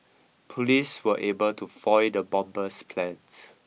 police were able to foil the bomber's plans